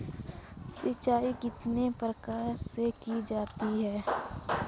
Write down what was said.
सिंचाई कितने प्रकार से की जा सकती है?